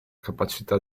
capacità